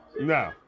No